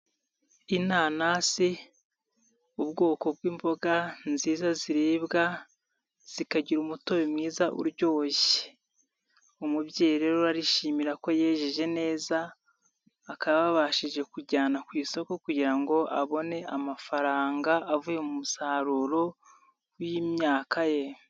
Inanasi, ubwoko bw'imboga nziza ziribwa zikagira umutobe mwiza uryoshye, umubyeyi rero arishimira ko yejeje neza akaba yabashije kujyana ku isoko kugira ngo abone amafaranga avuye mu musaruro w'imyaka ye.